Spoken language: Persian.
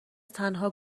تنها